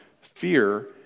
fear